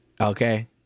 Okay